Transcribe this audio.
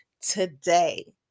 today